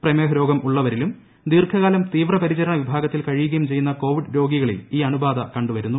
പ്രമേഹ രോഗം ഉള്ളവരെയും ദീർഘകാലം തീവ്രപരിചരണവിഭാഗത്തിൽ കഴിയുകയും ചെയ്യുന്ന കോവിഡ് രോഗികളിൽ ഈ അണുബാധ കണ്ടുവരുന്നു